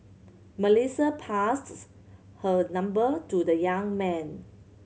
Melissa passed her number to the young man